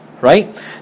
right